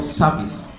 service